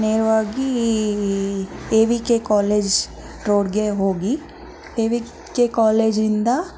ನೇರವಾಗಿ A V K college ರೋಡ್ಗೆ ಹೋಗಿ ಎ ವಿ ಕೆ ಕಾಲೇಜಿಂದ